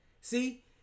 See